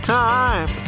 time